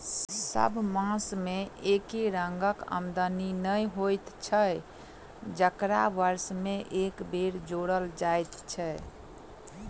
सभ मास मे एके रंगक आमदनी नै होइत छै जकरा वर्ष मे एक बेर जोड़ल जाइत छै